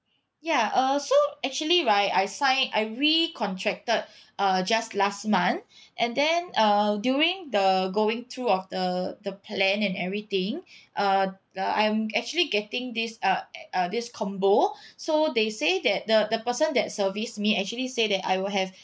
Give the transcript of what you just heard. ya uh so actually right I signed I recontracted uh just last month and then uh during the going through of the the plan and everything uh uh I'm actually getting this uh uh this combo so they say that the the person that serviced me actually said that I will have